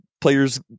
players